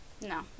No